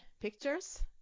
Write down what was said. pictures